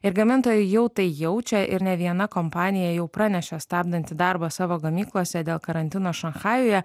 ir gamintojai jau tai jaučia ir ne viena kompanija jau pranešė stabdanti darbą savo gamyklose dėl karantino šanchajuje